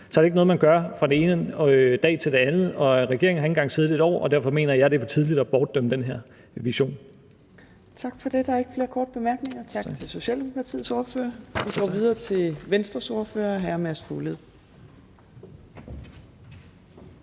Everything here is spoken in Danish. i årtier, ikke er noget, man gør fra den ene dag til den anden. Regeringen har ikke engang siddet i et år, og derfor mener jeg, det er for tidligt at bortdømme den her vision. Kl. 15:10 Fjerde næstformand (Trine Torp): Tak for det. Der er ikke flere korte bemærkninger. Tak til Socialdemokratiets ordfører. Vi går videre til Venstres ordfører, hr. Mads Fuglede.